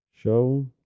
Show